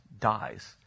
dies